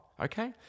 okay